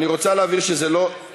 אני רוצה להבהיר, א.